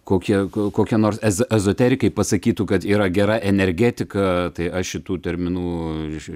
kokie kokie nors ezo ezoterikai pasakytų kad yra gera energetika tai aš šitų terminų ir iš